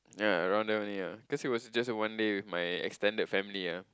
yea around there only ah cause it was just one day with my extended family ah